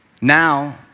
now